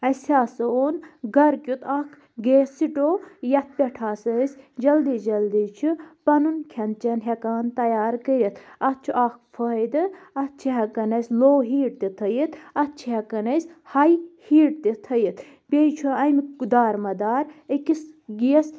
اسہِ ہَسا اوٚن گھرٕ کیٛت اکھ گیس سِٹوو یَتھ پٮ۪ٹھ ہسا أسۍ جلدی جلدی چھِ پنُن کھیٚن چیٚن ہیٚکان تیار کرِتھ اتھ چھُ اکھ فٲیدٕ اتھ چھِ ہیٚکان أسۍ لوٚو ہیٖٹ تہِ تھٲیِتھ اتھ چھِ ہیٚکان أسۍ ہاے ہیٖٹ تہِ تھٲیِتھ بیٚیہِ چھُ اَمیٛک دارومدار أکِس گیس